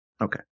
Okay